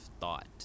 thought